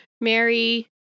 Mary